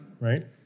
Right